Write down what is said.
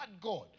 God